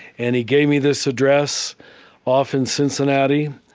and he gave me this address off in cincinnati.